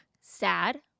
sad